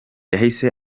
yahise